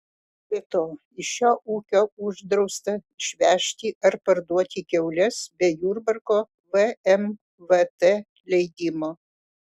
be to iš šio ūkio uždrausta išvežti ar parduoti kiaules be jurbarko vmvt leidimo